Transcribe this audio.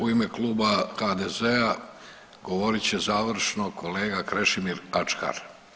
U ime Kluba HDZ-a govorit će završno kolega Krešimir Ačkar.